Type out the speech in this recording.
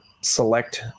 select